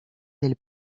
del